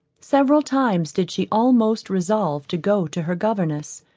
several times did she almost resolve to go to her governess,